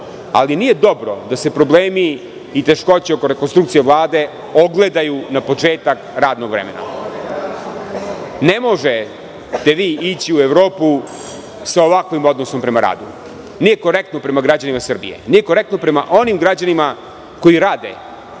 ali nije dobro da se problemi i teškoće oko rekonstrukcije Vlade ogledaju na početak radnog vremena. Ne možete vi ići u Evropu sa ovakvim odnosom prema radu. Nije korektno prema građanima Srbije. Nije korektno prema onim građanima koji rade